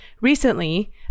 Recently